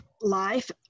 life